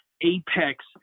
apex